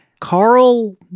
carl